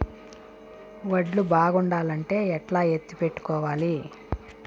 వడ్లు బాగుండాలంటే ఎట్లా ఎత్తిపెట్టుకోవాలి?